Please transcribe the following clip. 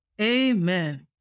Amen